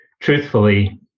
Truthfully